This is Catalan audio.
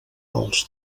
els